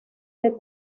del